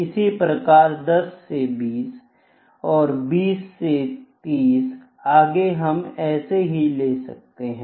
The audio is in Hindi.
इसी तरह 10 से 20 और 20 से 30 आगे हम ऐसे ही ले सकते हैं